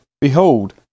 behold